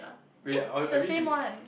wait or are we ti~